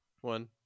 one